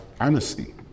honesty